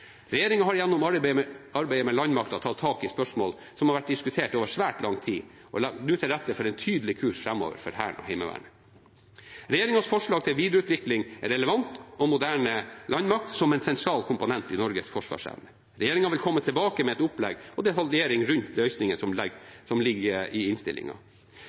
har gjennom arbeidet med landmakten tatt tak i spørsmål som har vært diskutert over svært lang tid, og legger nå til rette for en tydelig kurs framover for Hæren og Heimevernet. Regjeringens forslag vil videreutvikle en relevant og moderne landmakt som en sentral komponent i Norges forsvarsevne. Regjeringen vil komme tilbake med et opplegg og detaljering rundt løsningene som ligger i